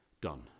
done